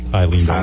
Eileen